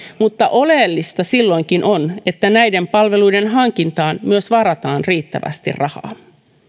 mutta oleellista silloinkin on että näiden palveluiden hankintaan myös varataan riittävästi rahaa